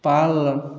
पालन